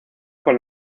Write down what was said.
con